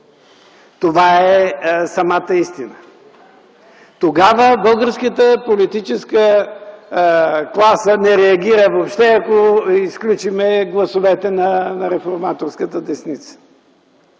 Това е самата истина. Тогава българската политическа класа не реагира въобще, ако изключим гласовете на реформаторската десница.